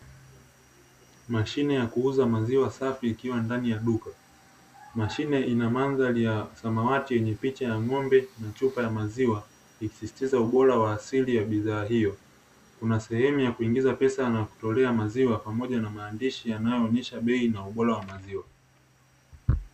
Mashine ya kuuza maziwa safi ikiwa ndani ya duka, mashine ina mandhari ya samawati yenye picha ya ng’ombe na chupa ya maziwa ikisisitiza ubora wa asili ya bidhaa hiyo. Kuna sehemu ya kuingiza pesa na kutolea maziwa pamoja na maandishi yanayoonesha bei na ubora wa maziwa.